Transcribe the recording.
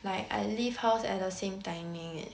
like I leave house at the same timing eh